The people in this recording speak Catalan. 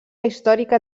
històrica